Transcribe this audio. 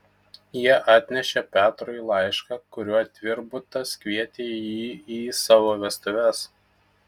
jie atnešė petrui laišką kuriuo tvirbutas kvietė jį į savo vestuves